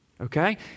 okay